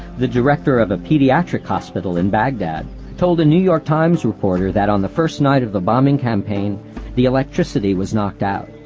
the director of a paediatric hospital in baghdad told a new york times reporter that on the first night of the bombing campaign the electricity was knocked out